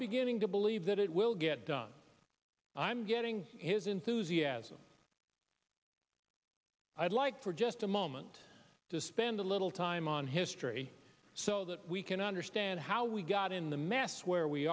beginning to believe that it will get done and i'm getting his enthusiasm i'd like for just a moment to spend a little time on history so that we can understand how we got in the mess where we